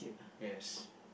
yes